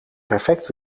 perfect